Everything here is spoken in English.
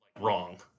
wrong